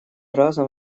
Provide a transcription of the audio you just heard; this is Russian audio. разом